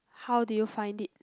how did you find it